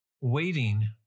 Waiting